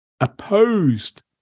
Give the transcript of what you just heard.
opposed